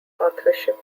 authorship